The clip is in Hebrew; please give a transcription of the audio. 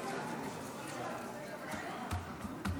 45 בעד,